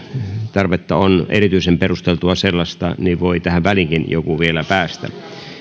tarvetta on erityisen perusteltua sellaista niin voi tähän väliinkin joku vielä päästä